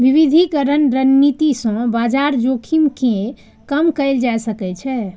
विविधीकरण रणनीति सं बाजार जोखिम कें कम कैल जा सकै छै